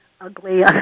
ugly